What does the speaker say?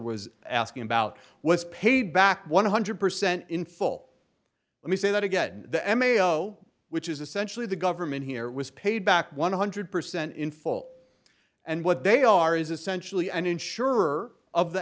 was asking about was paid back one hundred percent in full let me say that again the m a o which is essentially the government here was paid back one hundred percent in full and what they are is essentially an insurer of the